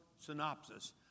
synopsis